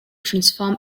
transform